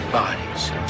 bodies